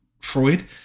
Freud